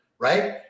right